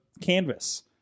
canvas